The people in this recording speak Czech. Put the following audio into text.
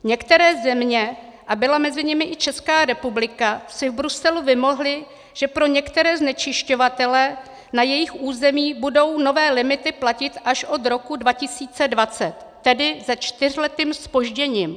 Některé země, a byla mezi nimi i Česká republika, si v Bruselu vymohly, že pro některé znečišťovatele na jejich území budou nové limity platit až od roku 2020, tedy se čtyřletým zpožděním.